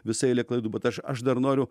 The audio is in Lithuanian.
visa eilė klaidų bet aš aš dar noriu